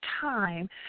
time